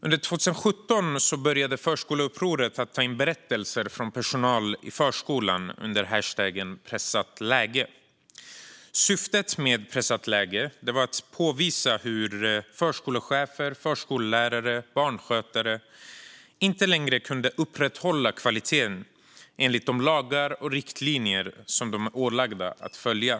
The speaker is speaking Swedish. Under 2017 började Förskoleupproret ta in berättelser från personal i förskolan under hashtaggen #pressatläge. Syftet med #pressatläge var att påvisa hur förskolechefer, förskollärare och barnskötare i dag inte längre kunde upprätthålla kvaliteten enligt de lagar och riktlinjer som de är ålagda att följa.